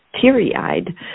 teary-eyed